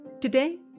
Today